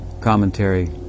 commentary